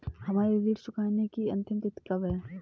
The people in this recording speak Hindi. हमारी ऋण चुकाने की अंतिम तिथि कब है?